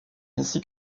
ainsi